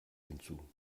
hinzu